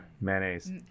mayonnaise